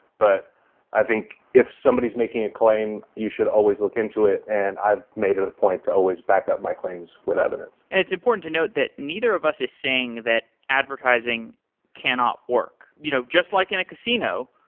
but i think if somebody's making a claim, you should always look into it, and i've made it a point to always backup my claims with evidence it's important to note that neither of us is saying that advertising cannot work. you know just like in a casino,